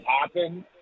happen